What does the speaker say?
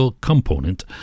component